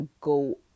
go